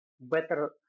better